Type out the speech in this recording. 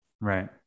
Right